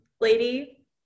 lady